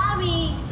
me